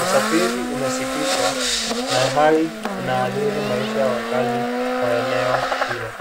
Usafiri umesitishwa, na hali inaadhiri wakaazi wa eneo hilo.